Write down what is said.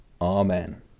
Amen